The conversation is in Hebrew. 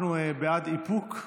אנחנו בעד איפוק.